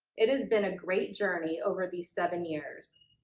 it is been a great journey over the seven years.